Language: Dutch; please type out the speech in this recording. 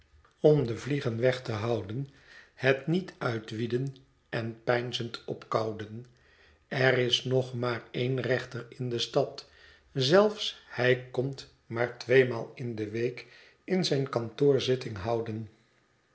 aan de vliegen weg te houden het niet uitwiedden en peinzend opkauwden er is nog maar een rechter in de stad zelfs hij komt maar tweemaal in de week in zijn kantoor zitting houden